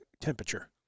temperature